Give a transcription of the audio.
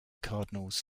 cardinals